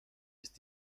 ist